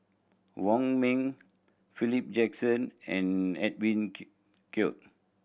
Wong Ming Philip Jackson and Edwin Koek